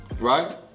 Right